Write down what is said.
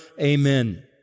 amen